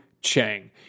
Chang